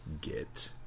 get